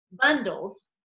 bundles